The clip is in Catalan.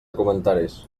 comentaris